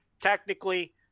Technically